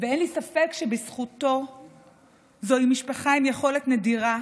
ואין לי ספק שבזכותו זוהי משפחה עם יכולת נדירה